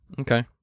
Okay